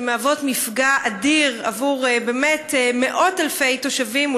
שמהוות מפגע אדיר עבור מאות אלפי תושבים,